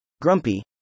grumpy